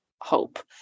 hope